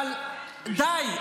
אבל די.